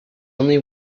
only